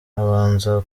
abanza